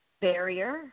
barrier